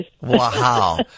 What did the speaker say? Wow